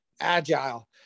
agile